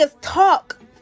talk